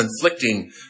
conflicting